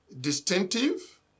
distinctive